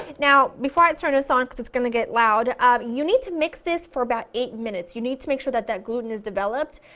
now, before i turn this on because it's going to get loud um you need to mix this for about eight minutes, you need to make sure that that gluten is developed.